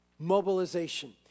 mobilization